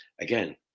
Again